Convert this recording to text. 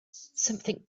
something